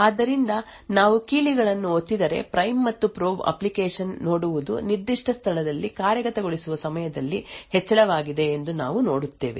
ಆದ್ದರಿಂದ ನಾವು ಕೀಲಿಗಳನ್ನು ಒತ್ತಿದರೆ ಪ್ರೈಮ್ ಮತ್ತು ಪ್ರೋಬ್ ಅಪ್ಲಿಕೇಶನ್ ನೋಡುವುದು ನಿರ್ದಿಷ್ಟ ಸ್ಥಳದಲ್ಲಿ ಕಾರ್ಯಗತಗೊಳಿಸುವ ಸಮಯದಲ್ಲಿ ಹೆಚ್ಚಳವಾಗಿದೆ ಎಂದು ನಾವು ನೋಡುತ್ತೇವೆ